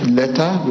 letter